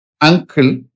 uncle